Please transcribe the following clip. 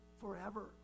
forever